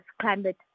climate